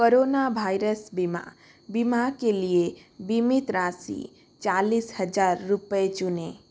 corona virus बीमा बीमा के लिए बीमित राशि चालीस हजार रुपए चुनें